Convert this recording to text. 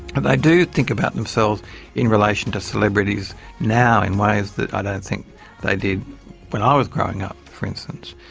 and they do think about themselves in relation to celebrities now in ways that i ah don't think they did when i was growing up for instance.